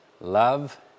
love